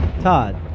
Todd